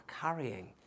carrying